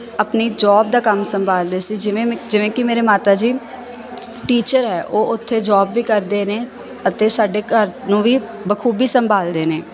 ਆਪਣੀ ਜੋਬ ਦਾ ਕੰਮ ਸੰਭਾਲ ਰਹੇ ਸੀ ਜਿਵੇਂ ਮੈਂ ਜਿਵੇਂ ਕਿ ਮੇਰੇ ਮਾਤਾ ਜੀ ਟੀਚਰ ਹੈ ਉਹ ਉੱਥੇ ਜੋਬ ਵੀ ਕਰਦੇ ਨੇ ਅਤੇ ਸਾਡੇ ਘਰ ਨੂੰ ਵੀ ਬਖੂਬੀ ਸੰਭਾਲਦੇ ਨੇ